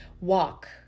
walk